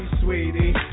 Sweetie